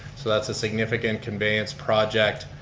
so that's a significant conveyance project.